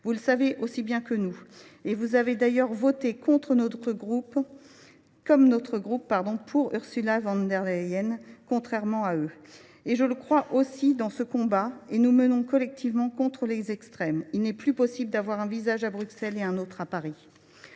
Vous le savez aussi bien que nous, et vous avez d’ailleurs voté, comme notre groupe, pour Ursula von der Leyen, contrairement à eux. Dans ce combat que nous menons collectivement contre les extrêmes, il n’est plus possible d’avoir un visage à Bruxelles et un autre à Paris.